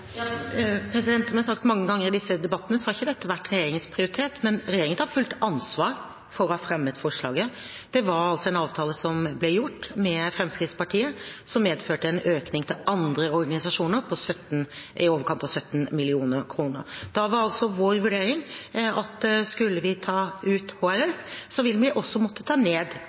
Som jeg har sagt mange ganger i disse debattene, har ikke dette vært regjeringens prioritet, men regjeringen tar fullt ansvar for å ha fremmet forslaget. Det var en avtale som ble gjort med Fremskrittspartiet, og som medførte en økning til andre organisasjoner på i overkant av 17 mill. kr. Da var vår vurdering at skulle vi ta ut HRS, ville vi også måtte ta ned